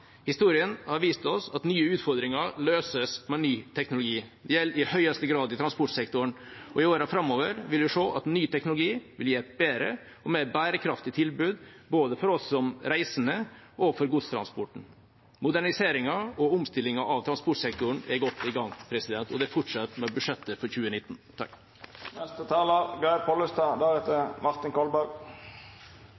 Historien har vist oss at nye utfordringer løses med ny teknologi. Det gjelder i høyeste grad i transportsektoren. I årene framover vil vi se at ny teknologi vil gi et bedre og mer bærekraftig tilbud både for oss som reisende og for godstransporten. Moderniseringen og omstillingen av transportsektoren er godt i gang, og det fortsetter med budsjettet for 2019.